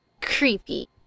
creepy